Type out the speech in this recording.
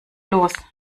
los